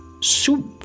soup